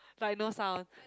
like no sound